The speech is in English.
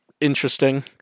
interesting